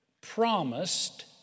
promised